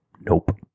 Nope